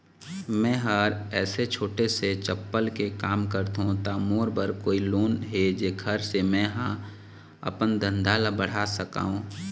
मैं हर ऐसे छोटे से चप्पल के काम करथों ता मोर बर कोई लोन हे जेकर से मैं हा अपन धंधा ला बढ़ा सकाओ?